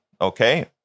Okay